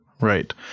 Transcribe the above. right